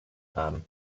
haben